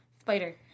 Spider